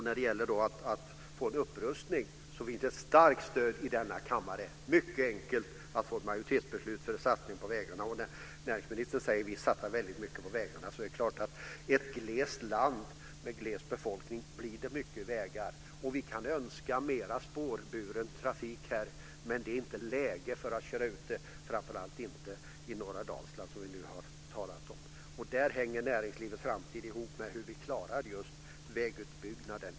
När det gäller att få en upprustning finns det ett starkt stöd i denna kammare. Det är mycket enkelt att få ett majoritetsbeslut för en satsning på vägarna. Näringsministern säger att man satsar väldigt mycket på vägarna, och det är klart att i ett stort land som är glest befolkat blir det mycket vägar. Vi kan önska mera spårburen trafik här, men det är inte läge för det, framför allt inte i norra Dalsland, som vi nu har talat om. Där hänger näringslivets framtid ihop med hur vi klarar just vägutbyggnaden.